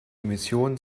emissionen